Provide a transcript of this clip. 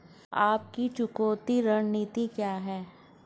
आपकी चुकौती रणनीति क्या है?